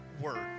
Word